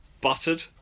Buttered